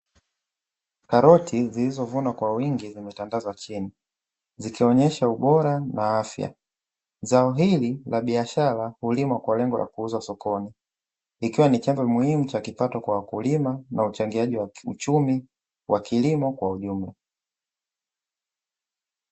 Karoti zilizovunwa kwa wingi zimetandazwa chini, zikionyesha ubora na afya. Zao hili la biashara hulimwa kwa lengo la kuuzwa zokoni, ikiwa ni chanzo muhimu cha kipato kwa wakulima, na uchangiaji wa kiuchumi wa kilimo kiujumla.